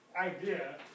idea